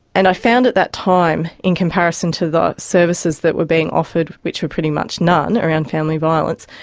and i found at that time in comparison to the services that were being offered which were pretty much none around family violence,